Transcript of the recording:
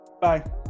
Bye